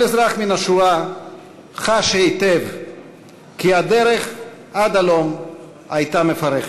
כל אזרח מן השורה חש היטב כי הדרך עד הלום הייתה מפרכת.